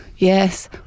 Yes